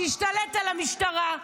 שהשתלט על המשטרה,